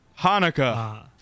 Hanukkah